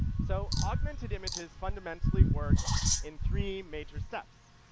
so augmented images fundamentally work in three major steps.